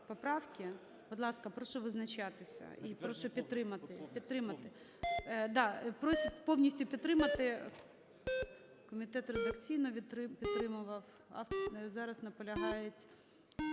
поправки. Будь ласка, прошу визначатися і прошу підтримати, повністю підтримати, комітет редакційно підтримував. Зараз наполягаєНімченко,